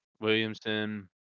Williamson